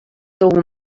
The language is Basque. dugu